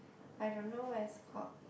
I don't know what's it called